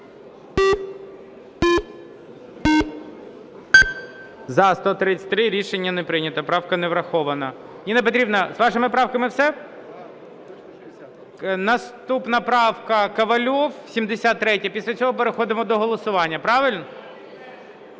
За-133 Рішення не прийнято. Правка не врахована. Ніна Петрівна, з вашими правками все? Наступна правка, Ковальов, 73-я. Після цього переходимо до голосування. Правильно?